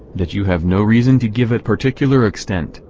that you have no reason to give it particular extent,